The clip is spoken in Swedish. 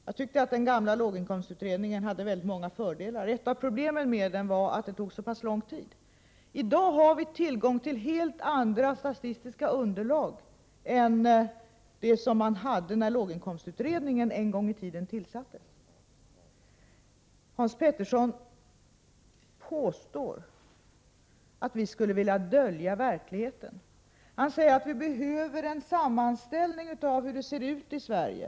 Jag tycker att den gamla låginkomstutredningen hade många fördelar, men ett av problemen var att det tog så lång tid. I dag har vi tillgång till helt andra statistiska underlag än man hade när låginkomstutredningen en gång tillsattes. Hans Petersson påstår att vi skulle vilja dölja verkligheten. Han säger att det behövs en sammanställning av hur det ser ut i Sverige.